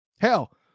Hell